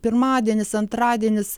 pirmadienis antradienis